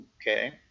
Okay